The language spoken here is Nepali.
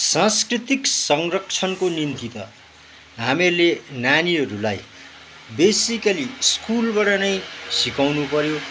सांस्कृतिक संरक्षणको निम्ति त हामीले नानीहरूलाई बेसिकल्ली स्कुलबाट नै सिकाउनुपऱ्यो